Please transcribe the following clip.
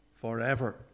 forever